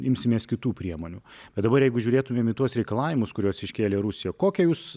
imsimės kitų priemonių bet dabar jeigu žiūrėtumėm į tuos reikalavimus kuriuos iškėlė rusija kokią jūs